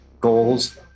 goals